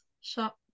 shop